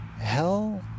hell